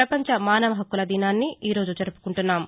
ప్రపంచ మానవహక్కుల దినాన్ని ఈరోజు జరుపుకుంటున్నాం